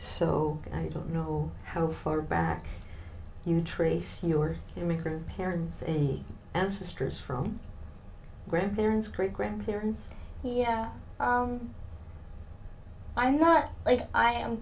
so i don't know how far back you trace your immigrant parents any ancestors from grandparents great grandparents yeah i'm not like i am